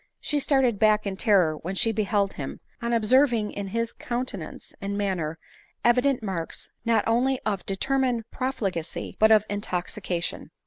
she started back in terror when she beheld him, on observing in his countenance and manner evident marks not only of determined profli gacy, but of intoxication.